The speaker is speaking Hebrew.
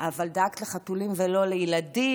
אבל דאגת לחתולים ולא לילדים.